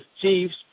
Chiefs